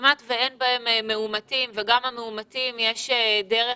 שכמעט ואין בהן מאומתים וגם המאומתים, יש דרך